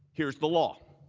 here is the law.